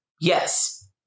Yes